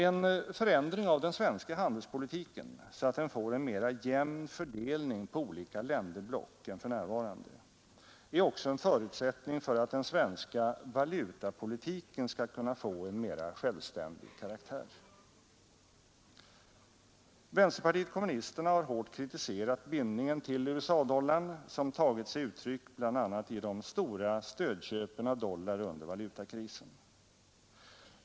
En förändring av den svenska handelspolitiken så att den får en mera jämn fördelning på olika länderblock än för närvarande är också en förutsättning för att den svenska valutapolitiken skall kunna få en mera självständig karaktär. Vänsterpartiet kommunisterna har hårt kritiserat bindningen till USA-dollarn, som tagit sig uttryck bl.a. i de stora stödköpen av dollar under valutakrisen.